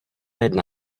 jedna